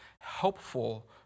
helpful